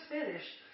finished